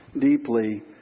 deeply